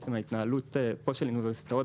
בעצם ההתנהלות פה של אוניברסיטאות